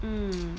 mm